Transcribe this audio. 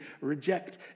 reject